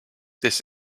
this